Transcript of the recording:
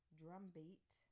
drumbeat